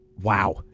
Wow